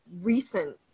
recent